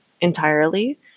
entirely